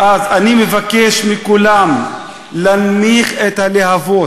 אז אני מבקש מכולם להנמיך את הלהבות.